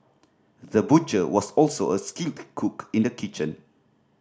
the butcher was also a skilled cook in the kitchen